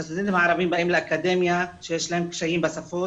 שהסטודנטים הערביים באים לאקדמיה ויש להם קשיים בשפות,